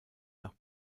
nach